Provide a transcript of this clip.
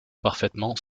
parfaitement